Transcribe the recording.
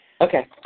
Okay